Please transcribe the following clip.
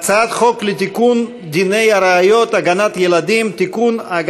הצעת חוק לתיקון דיני הראיות (הגנת ילדים) (תיקון,